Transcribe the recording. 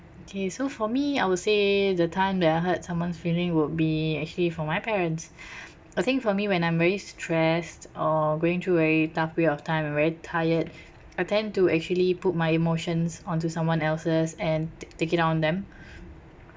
okay so for me I would say the time that I hurt someone's feeling would be actually for my parents I think for me when I'm very stressed or going through very tough period of time I'm very tired I tend to actually put my emotions onto someone else's and t~ take it out on them